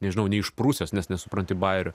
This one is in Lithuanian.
nežinau neišprusęs nes nesupranti bairio